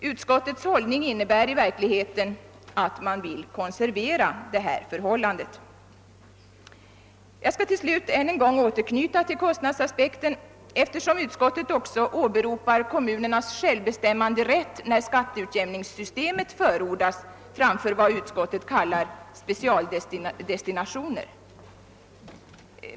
Utskottets hållning innebär i verkligheten att man vill konservera detta förhållande. Jag skall till slut än en gång återknyta till kostnadsaspekten, eftersom utskottet också åberopar kommunernas självbestämmanderätt när skatteutjämningssystemet förordas framför vad utskottet kallar specialdestinationer.